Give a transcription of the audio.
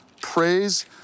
Praise